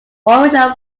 original